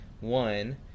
one